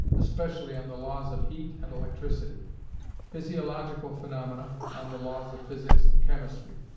especially on the laws of heat and electricity physiological phaenomena, on the laws of physics and chemistry,